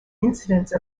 incidence